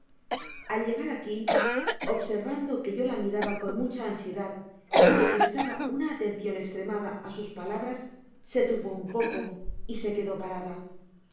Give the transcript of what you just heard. al llegar aqui observando que yo la miraba con mucha ansiedad y que prestaba una atencion estremada á sus palabras se turbó un poco y se quedó parada